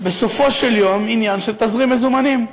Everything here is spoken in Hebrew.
בסופו של יום זה עניין של תזרים מזומנים.